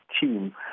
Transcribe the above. team